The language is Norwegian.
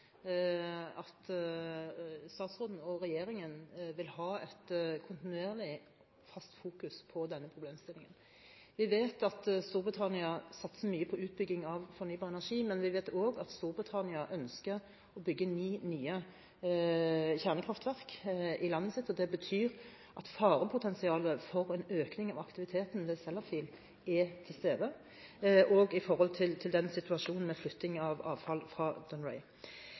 regjeringen vil ha et kontinuerlig, fast fokus på denne problemstillingen. Vi vet at Storbritannia satser mye på utbygging av fornybar energi, men vi vet også at Storbritannia ønsker å bygge ni nye kjernekraftverk i landet. Det betyr at farepotensialet for en økning i aktiviteten ved Sellafield er til stede, også i forhold til situasjonen med flytting av avfall fra